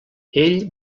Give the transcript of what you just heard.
ell